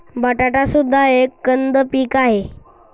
बटाटा सुद्धा एक कंद पीक आहे